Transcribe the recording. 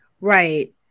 Right